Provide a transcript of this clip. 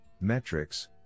metrics